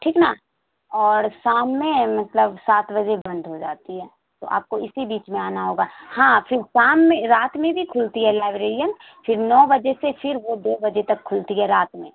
ٹھیک نا اور شام میں مطلب سات بجے بند ہو جاتی ہے تو آپ کو اسی بیچ میں آنا ہوگا ہاں پھر شام میں رات میں بھی کھلتی ہے لائیبریریئن پھر نو بجے سے پھر وہ دو بجے تک کھلتی ہے رات میں